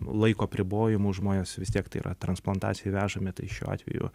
laiko apribojimų žmonės vis tiek tai yra transplantacijai vežami tai šiuo atveju